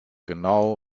genau